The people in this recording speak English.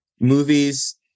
Movies